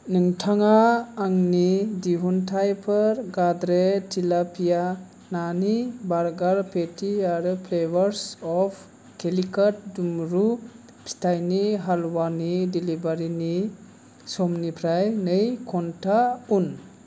नोंथाङा आंनि दिहुनथाइफोर गाद्रे टिलापिया नानि बार्गार पेटि आरो फ्लेवार्स अफ केलिकाट दुम्रु फिथाइनि हालवानि डेलिबारिनि समनिफ्राय नै घन्टा उन